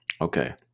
Okay